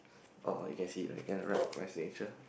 oh oh you can see I'm gonna write my signature